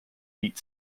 beat